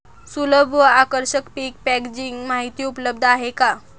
सुलभ व आकर्षक पीक पॅकेजिंग माहिती उपलब्ध आहे का?